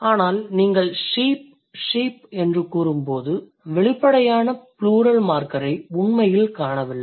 ஆனால் நீங்கள் sheep sheep என்று சொல்லும்போது வெளிப்படையான ப்ளூரல் மார்க்கரை உண்மையில் காணவில்லை